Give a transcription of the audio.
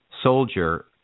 soldier